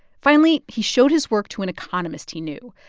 finally, he showed his work to an economist he knew.